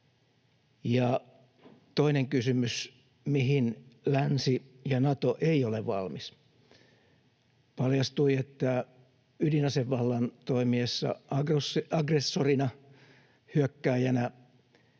Ja toinen kysymys: mihin länsi ja Nato eivät ole valmiita? Paljastui, että ydinasevallan toimiessa aggressorina, hyökkääjänä,